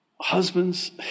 Husbands